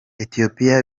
ethiopia